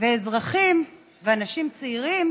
ואזרחים ואנשים צעירים